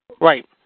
Right